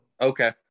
Okay